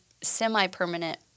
semi-permanent